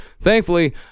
Thankfully